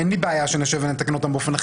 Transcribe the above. אין לי בעיה לשבת ולתקן אותם באופן אחיד,